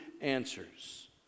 answers